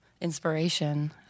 inspiration